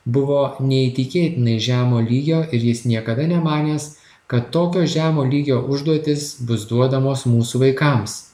buvo neįtikėtinai žemo lygio ir jis niekada nemanęs kad tokio žemo lygio užduotis bus duodamos mūsų vaikams